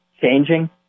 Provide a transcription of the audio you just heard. changing